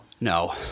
No